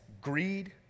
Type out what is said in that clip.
greed